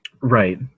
Right